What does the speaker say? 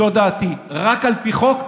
זו דעתי: רק על פי חוק,